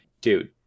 dude